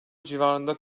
civarında